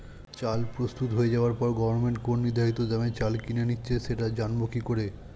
চাল প্রস্তুত হয়ে যাবার পরে গভমেন্ট কোন নির্ধারিত দামে চাল কিনে নিচ্ছে সেটা জানবো কি করে?